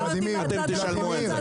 אתם תשלמו על זה.